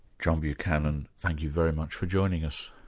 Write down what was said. john buchanan, thank you very much for joining us.